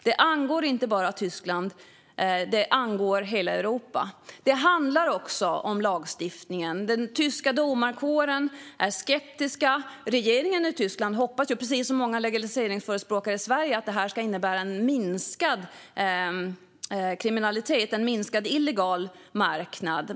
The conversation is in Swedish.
Det angår inte bara Tyskland, utan det angår hela Europa. Det handlar också om lagstiftningen. Den tyska domarkåren är skeptisk. Regeringen i Tyskland hoppas, precis som många legaliseringsförespråkare i Sverige, att detta ska innebära minskad kriminalitet - en minskad illegal marknad.